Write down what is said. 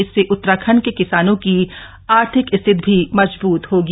इससे उत्तराखंड के किसानों की आर्थित स्थिति भी मजबूत होगी